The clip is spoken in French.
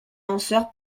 lanceur